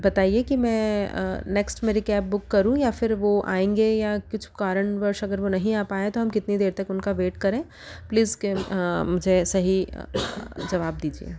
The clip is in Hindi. बताइए कि मैं नेक्स्ट मेरी कैब बुक करूँ या फिर वो आएँगे या कुछ कारणवश अगर वो नहीं आ पाए तो हम कितनी देर तक उनका वेट करें प्लीज क सही जवाब दीजिए